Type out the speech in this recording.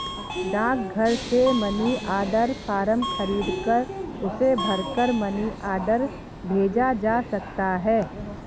डाकघर से money order form खरीदकर उसे भरकर मनी ऑर्डर भेजा जा सकता है